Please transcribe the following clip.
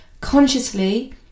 consciously